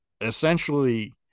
essentially